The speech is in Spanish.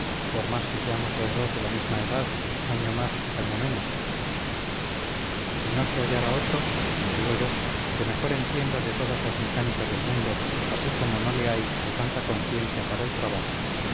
por más que seamos los dos de la misma edad año más año menos y no se hallará otro lo digo yo que mejor entienda de todas las mecánicas del mundo así como no le hay de tanta conciencia para el trabajo